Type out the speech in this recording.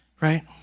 right